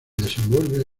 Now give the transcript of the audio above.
desenvuelve